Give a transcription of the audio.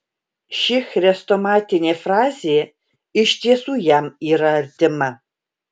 ši chrestomatinė frazė iš tiesų jam yra artima